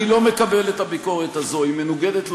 אני לא מקבל את הביקורת הזאת, היא מנוגדת לעובדות"